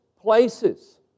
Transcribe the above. places